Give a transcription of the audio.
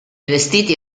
vestiti